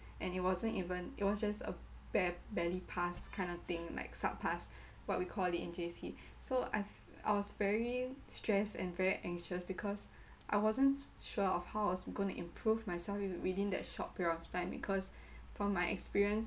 and it wasn't even it was just a bare barely pass kind of thing like sub pass what we call it in J_C so I've I was very stressed and very anxious because I wasn't sure of how I was going to improve myself with within that short period of time because from my experience